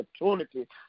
opportunity